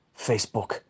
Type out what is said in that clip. Facebook